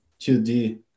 2D